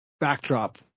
backdrop